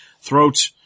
throat